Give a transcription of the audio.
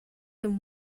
than